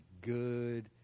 good